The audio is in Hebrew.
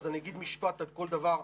אז אני אגיד משפט על כל דבר.